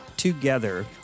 together